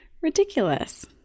Ridiculous